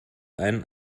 einen